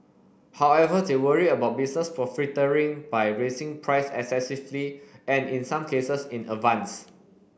however they worry about business profiteering by raising price excessively and in some cases in advance